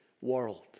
world